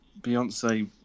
Beyonce